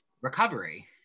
recovery